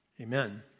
amen